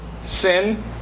sin